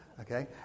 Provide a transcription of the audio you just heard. Okay